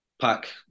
pack